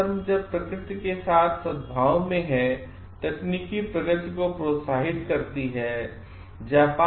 ताओ धर्म जब तक प्रकृति के साथ सद्भाव में है तकनीकी प्रगति को प्रोत्साहित करती है